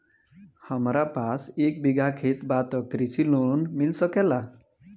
हमरा पास एक बिगहा खेत बा त कृषि लोन मिल सकेला?